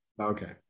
Okay